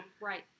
Right